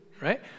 right